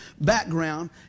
background